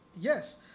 Yes